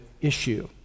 issue